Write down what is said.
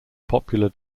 popular